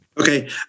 Okay